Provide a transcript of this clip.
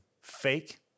fake